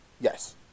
Yes